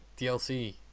DLC